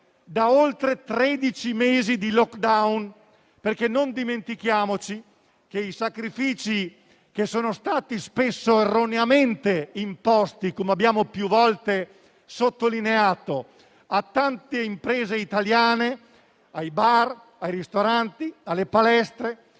tredici mesi di *lockdown*. Non dimentichiamoci che i sacrifici che sono stati spesso erroneamente imposti, come abbiamo più volte sottolineato, a tante imprese italiane, ai bar, ai ristoranti e alle palestre,